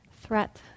Threat